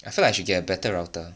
I feel like should get better router